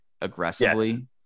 aggressively